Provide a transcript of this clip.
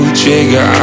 trigger